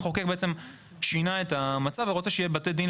המחוקק שינה את המצב ורוצה שיהיו בתי דין